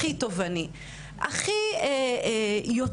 הכי תובעני,